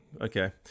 Okay